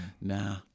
nah